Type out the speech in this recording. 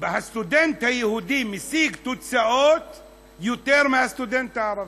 הסטודנט היהודי משיג תוצאות יותר מהסטודנט הערבי.